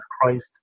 Christ